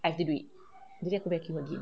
I have to do it jadi aku vacuum again